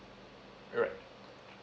alright